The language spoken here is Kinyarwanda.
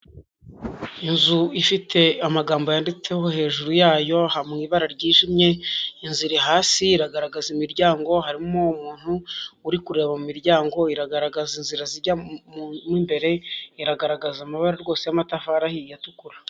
Inzu ifite amagambo yanditseho hejuru yayo mu ibara ryijimye, inzu iri hasi iragaragaza imiryango, harimo umuntu uri kureba mu miryango, iragaragaza inzira zijya mu imbere, iragaragaza amabara rwose y'amatafari atukura.